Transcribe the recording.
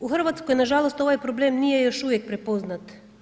U Hrvatskoj nažalost ovaj problem nije još uvijek prepoznat.